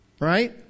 right